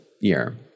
year